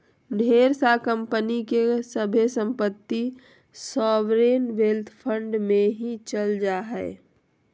ढेर सा कम्पनी के सभे सम्पत्ति सॉवरेन वेल्थ फंड मे ही चल जा हय